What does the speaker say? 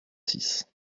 six